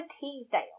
Teasdale